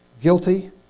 guilty